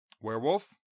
Werewolf